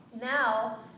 Now